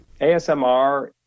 ASMR